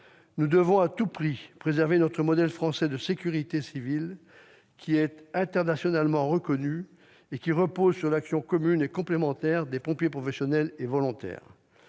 Nous devons à tout prix préserver notre modèle français de sécurité civile, qui est internationalement reconnu et qui repose sur l'action commune et complémentaire des pompiers professionnels et volontaires.